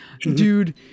Dude